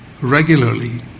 regularly